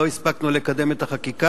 לא הספקנו לקדם את החקיקה.